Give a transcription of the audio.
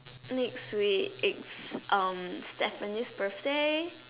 next week is um Stephanie's birthday